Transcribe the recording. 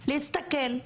להסתכל,